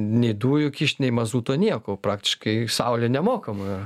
nei dujų kišt nei mazuto nieko praktiškai saulė nemokama